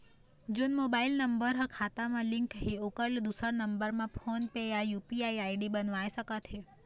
जोन mobile number हा खाता मा लिन्क हे ओकर ले दुसर नंबर मा फोन पे या यू.पी.आई आई.डी बनवाए सका थे?